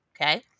okay